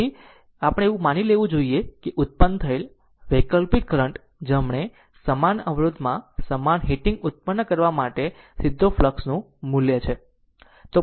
તેથી આપણે એવું કંઈક માની લેવું જોઈએ કે ઉત્પન્ન થયેલ વૈકલ્પિક કરંટ જમણે સમાન અવરોધમાં સમાન હીટિંગ ઉત્પન્ન કરવા માટે સીધો ફ્લક્ષ નું મૂલ્ય છે